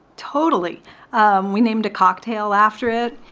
totally um we named a cocktail after it